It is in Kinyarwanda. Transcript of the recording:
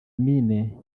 mine